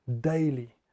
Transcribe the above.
Daily